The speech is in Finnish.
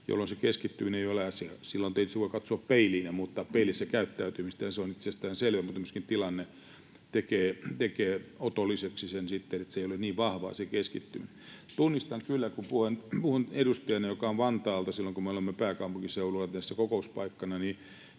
jolloin se keskittyminen ei ole asiallista. Silloin tietysti voi katsoa peiliin ja muuttaa peilissä käyttäytymistä, ja se on itsestäänselvää, mutta myöskin tilanne tekee sitten otolliseksi sen, että keskittyminen ei ole niin vahvaa. Tunnistan kyllä — kun puhun edustajana, joka on Vantaalta — että silloin kun meillä on kokouspaikka